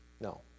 No